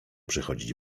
przychodzić